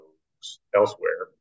elsewhere